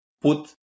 put